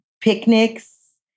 picnics